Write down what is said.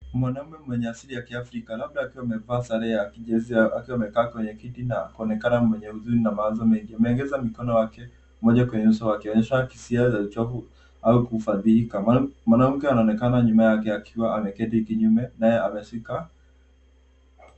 Mwanamume mwenye asili ya kiafrika labda akiwa amevaa sare ya kijezi akiwa amekaa kwenye kiti na kuonekana mwenye huzuni na mawazo mengi mengi. Ameegeza mikono yake moja kwenye uso wake, akionyesha hisia za uchovu au kufadhilika. Mwanamke anaonekana nyuma yake akiwa ameketi kinyume naye ameshika.